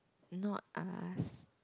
not I ask